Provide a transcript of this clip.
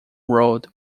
road